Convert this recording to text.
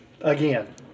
again